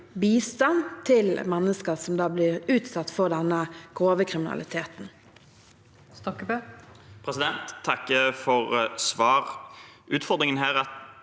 bistand til mennesker som blir utsatt for denne grove kriminaliteten.